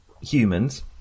humans